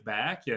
back